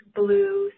blue